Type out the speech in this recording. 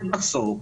ובסוף,